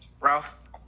Ralph